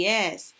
Yes